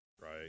Right